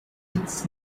its